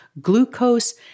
glucose